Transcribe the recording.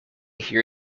hear